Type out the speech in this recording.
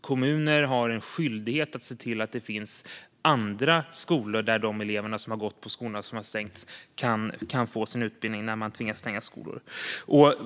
Kommunerna har alltså en skyldighet att se till att det finns plats i andra skolor för de elever som gått i en skola som tvingats stänga.